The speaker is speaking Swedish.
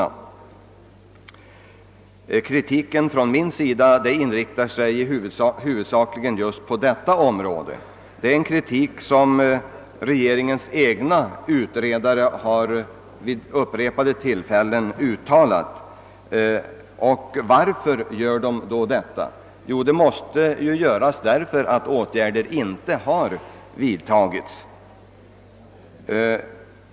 Min kritik har i huvudsak varit inriktad på sysselsättningsfrågorna, och det är ett område där också regeringens egna utredare vid upprepade tillfällen har framfört kritik. Varför? Jo, därför att några åtgärder inte har vidtagits.